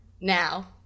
now